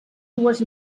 dues